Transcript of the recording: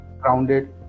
grounded